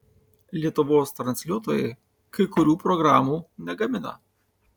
lietuvos transliuotojai kai kurių programų negamina